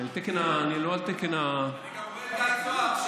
ואני גם רואה את גיא זוהר,